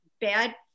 bad